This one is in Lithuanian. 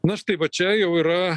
na štai va čia jau yra